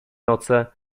noce